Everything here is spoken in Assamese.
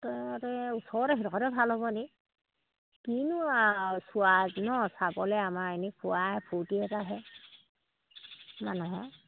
তাতে ওচৰতে সেইডোখৰতে ভাল হ'বনি কিনো আৰু চোৱা নহ্ চাবলৈ আমাৰ এনেই খোৱা ফূৰ্তি এটাহে মানুহৰ